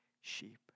sheep